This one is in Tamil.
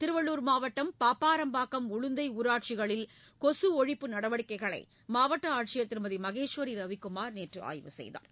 திருவள்ளுர் மாவட்டம் பாப்பாரம்பாக்கம் உளுந்தை ஊராட்சிகளில் கொசு ஒழிப்பு நடவடிக்கைளை மாவட்ட ஆட்சியர் திருமதி மகேஸ்வரி ரவிகுமார் நேற்று ஆய்வு செய்தார்